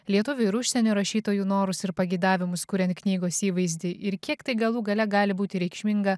lietuvių ir užsienio rašytojų norus ir pageidavimus kuriant knygos įvaizdį ir kiek tai galų gale gali būti reikšminga